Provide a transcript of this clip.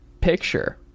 Picture